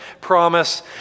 promise